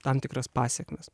tam tikras pasekmes